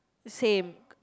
same